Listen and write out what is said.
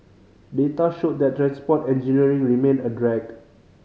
data showed that transport engineering remained a drag